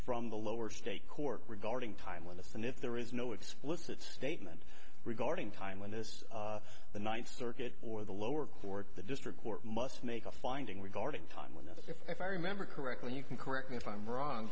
the lower state court regarding time with us and if there is no explicit statement regarding time when this the ninth circuit or the lower court the district court must make a finding regarding time when if i remember correctly you can correct me if i'm wrong